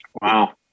Wow